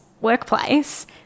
workplace